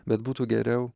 bet būtų geriau